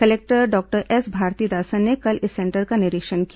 collector doctor S Bharathidasan ने कल इस सेंटर का निरीक्षण किया